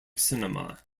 cinema